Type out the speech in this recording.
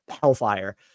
hellfire